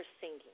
singing